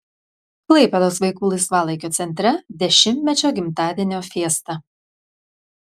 klaipėdos vaikų laisvalaikio centre dešimtmečio gimtadienio fiesta